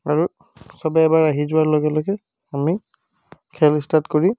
আৰু চবে এবাৰ আহি যোৱাৰ লগে লগে আমি খেল ষ্টাৰ্ট কৰি